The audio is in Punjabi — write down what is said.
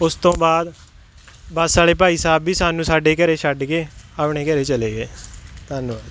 ਉਸ ਤੋਂ ਬਾਅਦ ਬੱਸ ਵਾਲੇ ਭਾਈ ਸਾਹਿਬ ਵੀ ਸਾਨੂੰ ਸਾਡੇ ਘਰ ਛੱਡ ਗਏ ਆਪਣੇ ਘਰ ਚਲੇ ਗਏ ਧੰਨਵਾਦ